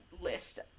list